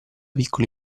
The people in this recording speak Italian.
piccoli